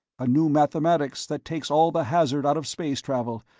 a new mathematics that takes all the hazard out of space travel,